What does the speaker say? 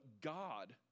God